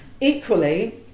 equally